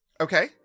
Okay